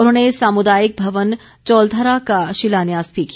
उन्होंने सामुदायिक भवन चोलथरा का शिलान्यास भी किया